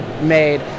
made